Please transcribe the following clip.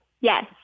Yes